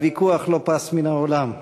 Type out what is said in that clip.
הוויכוח לא פס מן העולם.